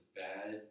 bad